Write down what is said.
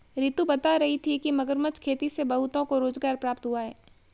रितु बता रही थी कि मगरमच्छ खेती से बहुतों को रोजगार प्राप्त हुआ है